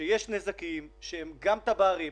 שיש נזקים שהם גם טב"עריים